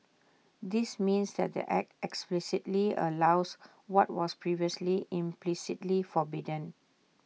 this means that the act explicitly allows what was previously implicitly forbidden